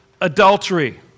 adultery